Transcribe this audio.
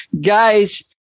guys